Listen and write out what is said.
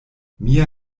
mia